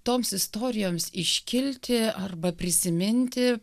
toms istorijoms iškilti arba prisiminti